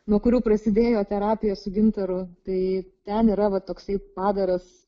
nuo kurių prasidėjo terapija su gintaru tai ten yra toksai padaras